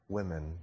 women